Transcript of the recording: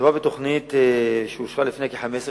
מדובר בתוכנית שאושרה לפני כ-15 שנים,